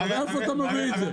מאיפה אתה מביא את זה?